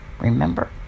remember